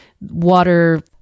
water